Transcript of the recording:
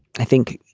i think,